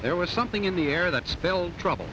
there was something in the air that spell trouble